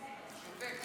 הוא שותק.